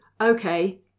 Okay